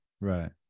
Right